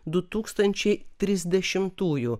du tūkstančiai trisdešimtųjų